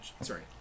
sorry